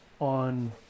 on